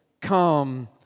come